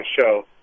show